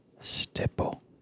stipple